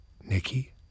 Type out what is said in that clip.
Nikki